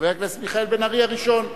חבר הכנסת מיכאל בן-ארי, ראשון הדוברים,